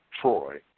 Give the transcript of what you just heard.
Troy